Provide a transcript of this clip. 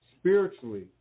spiritually